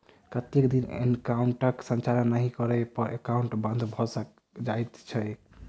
कतेक दिन एकाउंटक संचालन नहि करै पर एकाउन्ट बन्द भऽ जाइत छैक?